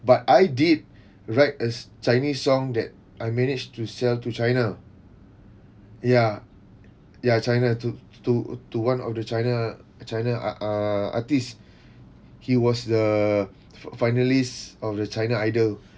but I did write a chinese song that I managed to sell to china ya ya china to to to one of the china china ar~ err artist he was the f~ finalists of the china idol